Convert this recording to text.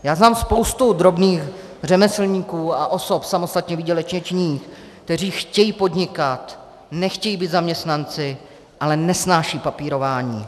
Já znám spoustu drobných řemeslníků a osob samostatně výdělečně činných, kteří chtějí podnikat, nechtějí být zaměstnanci, ale nesnášejí papírování.